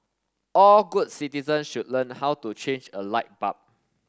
all good citizens should learn how to change a light bulb